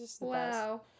wow